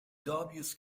dubois